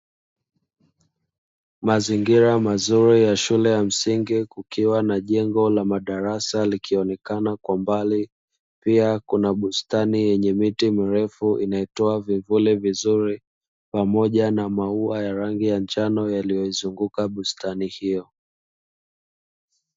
Mazingira mazuri ya shule ya msingi, kukiwa na jengo la madarasa likionekana kwa mbali pia kuna bustani yenye miti mirefu inayotoa vivuri vizuri, pamoja na maua ya rangi ya njano yaliyozunguka bustani hiyo.